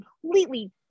completely